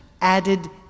added